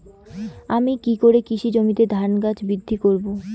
আমি কী করে কৃষি জমিতে ধান গাছ বৃদ্ধি করব?